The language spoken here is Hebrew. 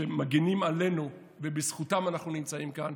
שמגינים עלינו ובזכותם אנחנו נמצאים כאן,